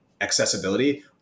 accessibility